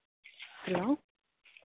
hello